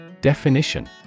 Definition